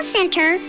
Center